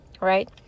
right